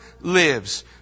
lives